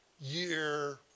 year